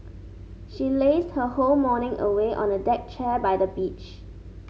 she lazed her whole morning away on a deck chair by the beach